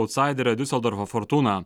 autsaiderę diuseldorfo fortūną